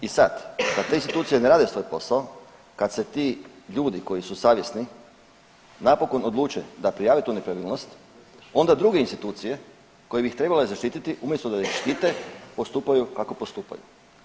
I sad kad te institucije ne rade svoj posao, kad se ti ljudi koji su savjesni napokon odluče da prijave tu nepravilnost onda druge institucije koje bi ih trebale zaštiti umjesto da ih štite postupaju kako postupaju.